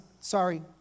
Sorry